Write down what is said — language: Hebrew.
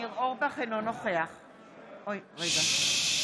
אינו נוכח ששש.